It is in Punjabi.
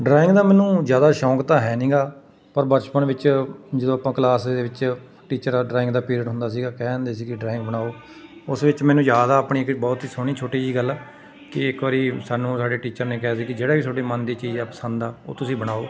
ਡਰਾਇੰਗ ਦਾ ਮੈਨੂੰ ਜ਼ਿਆਦਾ ਸ਼ੌਕ ਤਾਂ ਹੈ ਨੀਗਾ ਪਰ ਬਚਪਨ ਵਿੱਚ ਜਦੋਂ ਆਪਾਂ ਕਲਾਸ ਦੇ ਵਿੱਚ ਟੀਚਰ ਡਰਾਇੰਗ ਦਾ ਪੀਰੀਅਡ ਹੁੰਦਾ ਸੀਗਾ ਕਹਿ ਦਿੰਦੇ ਸੀ ਕਿ ਡਰਾਇੰਗ ਬਣਾਉ ਉਸ ਵਿੱਚ ਮੈਨੂੰ ਯਾਦ ਆ ਆਪਣੀ ਇੱਕ ਬਹੁਤ ਹੀ ਸੋਹਣੀ ਛੋਟੀ ਜਿਹੀ ਗੱਲ ਕਿ ਇੱਕ ਵਾਰੀ ਸਾਨੂੰ ਸਾਡੇ ਟੀਚਰ ਨੇ ਕਿਹਾ ਸੀ ਕਿ ਜਿਹੜਾ ਵੀ ਤੁਹਾਡੇ ਮਨ ਦੀ ਚੀਜ਼ ਹੈ ਪਸੰਦ ਆ ਉਹ ਤੁਸੀਂ ਬਣਾਉ